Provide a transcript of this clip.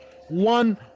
one